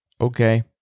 Okay